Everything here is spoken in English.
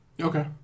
Okay